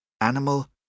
animal